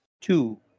Two